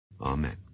Amen